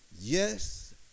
Yes